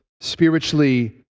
spiritually